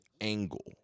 angle